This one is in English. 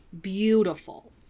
beautiful